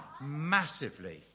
massively